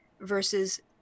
versus